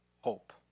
hope